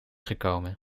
gekomen